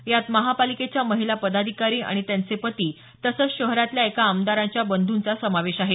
यात महापालिकेच्या महिला पदाधिकारी आणि त्यांचे पती तसंच शहरातल्या एका आमदारांच्या बंधूंचा समावेश आहे